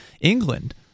England